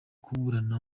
kuburana